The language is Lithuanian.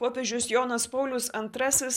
popiežius jonas paulius antrasis